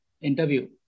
interview